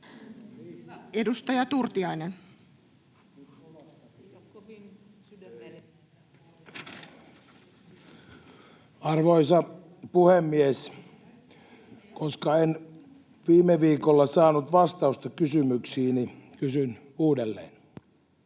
Edustaja Turtiainen. Arvoisa puhemies! Koska en viime viikolla saanut vastausta kysymyksiini, kysyn uudelleen: